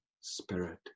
spirit